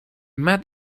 met